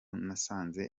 nasanze